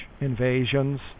invasions